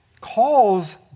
calls